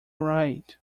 right